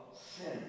sin